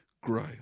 grow